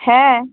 হ্যাঁ